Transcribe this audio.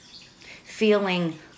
feeling